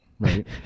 Right